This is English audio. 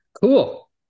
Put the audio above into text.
Cool